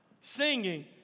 singing